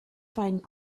find